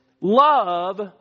love